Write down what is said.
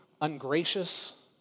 ungracious